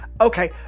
Okay